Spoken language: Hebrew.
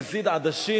נזיד עדשים